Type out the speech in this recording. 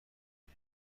نور